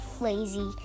lazy